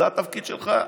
זה התפקיד שלך.